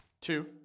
Two